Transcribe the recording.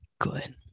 good